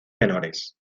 menores